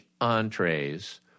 entrees